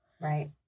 Right